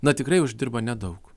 na tikrai uždirba nedaug